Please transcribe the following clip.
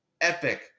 epic